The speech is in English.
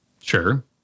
Sure